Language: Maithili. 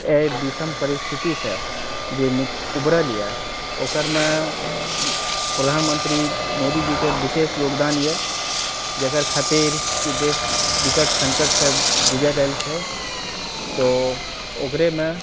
एहि विषम परिस्थितिसँ जे ऊबरल यऽ ओकरमे प्रधानमंत्री मोदी जीके विशेष योगदान यऽ जकर खातिर ई देश विकट संकट सँ गुजरि रहल छै तो ओकरेमे